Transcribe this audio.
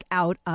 out